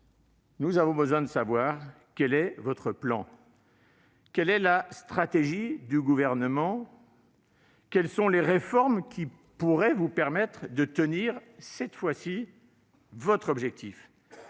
le secrétaire d'État, quel est votre plan ? Quelle est la stratégie du Gouvernement ? Quelles sont les réformes qui pourraient vous permettre de tenir, cette fois-ci, votre objectif